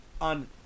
on